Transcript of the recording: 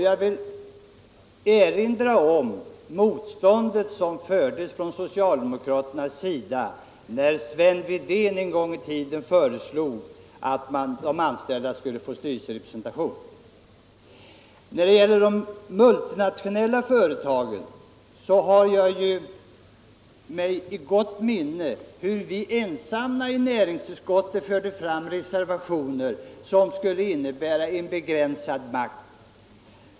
Jag vill erinra om det motstånd vi mötte från socialdemokraterna när Sven Wedén en gång i tiden föreslog att de anställda skulle få styrelserepresentation. När det gäller de multinationella företagen har jag i gott minne hur vi ensamma i näringsutskottet förde fram reservationer som skulle innebära en begränsning av deras makt.